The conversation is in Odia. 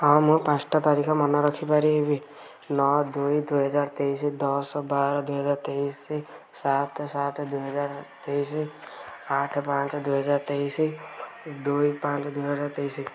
ହଁ ମୁଁ ପାଁଶଟା ତାରିଖ ମନରଖିପାରିବି ନଅ ଦୁଇ ଦୁଇ ହଜାର ତେଇଶି ଦଶ ବାର ଦୁଇ ହଜାର ତେଇଶି ସାତ ସାତ ଦୁଇ ହଜାର ତେଇଶି ଆଠ ପାଞ୍ଚେ ଦୁଇ ହଜାର ତେଇଶି ଦୁଇ ପାଞ୍ଚ ଦୁଇ ହଜାର ତେଇଶି